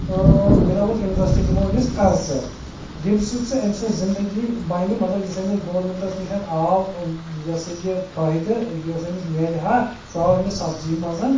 without interest دِمو أمِس قرضہٕ ییٚمہِ سۭتۍ سُہ أمۍ سٕنٛز زندگی بَنہِ مَطلَب یُس أمِس گورمٮ۪نٛٹَس نِش آو یہِ ہَسا یہِ فٲیدٕ یُس أمِس مِلہِ ہا سُہ آو أمِس سبزی مَنٛز